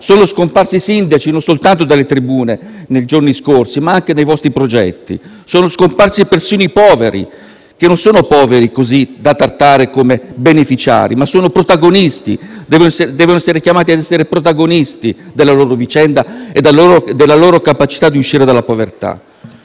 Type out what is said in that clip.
Sono scomparsi i sindaci non soltanto dalle tribune nei giorni scorsi, ma anche dai vostri progetti. Son scomparsi persino i poveri, che non sono da trattare come beneficiari, ma devono essere chiamati ad essere protagonisti della loro vicenda e della loro capacità di uscire dalla povertà.